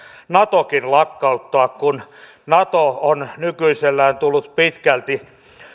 natokin lakkauttaa kun nato on nykyisellään tullut pitkälti